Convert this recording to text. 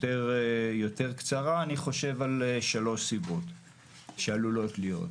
יותר קצרה, אני חושב על 3 סיבות שעלולות להיות.